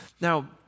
Now